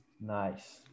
Nice